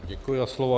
Děkuji za slovo.